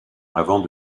avant